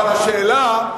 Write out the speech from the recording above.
אבל השאלה,